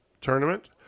Tournament